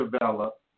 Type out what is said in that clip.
develop